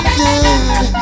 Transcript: good